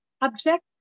object